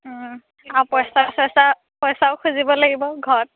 আৰু পইচা চইচা পইচাও খুজিব লাগিব ঘৰত